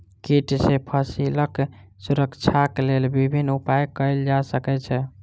कीट सॅ फसीलक सुरक्षाक लेल विभिन्न उपाय कयल जा सकै छै